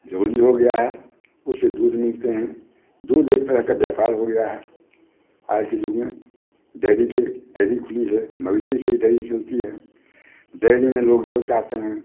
हो गया है उससे दूध मिलते हैं दूध एक तरह का व्यापार हो गया है आज के युग में डेरी के डेरी खुली है मवेशी से ही डेरी चलती है डेरी में लोग जो चाहते हैं